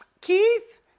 Keith